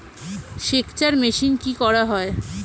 সেকচার মেশিন কি করা হয়?